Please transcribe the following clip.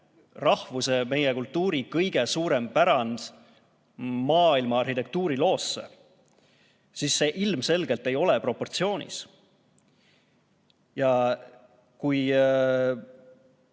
rahvuse ja kultuuri kõige suurem pärand maailma arhitektuuriloosse, siis see ilmselgelt ei ole proportsioonis. Kui